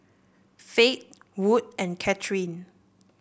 Fate Wood and Katherine